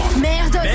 Merde